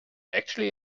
actually